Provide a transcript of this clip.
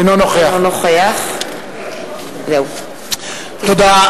אינו נוכח תודה.